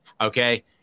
Okay